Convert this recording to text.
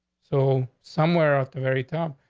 so somewhere at the very top,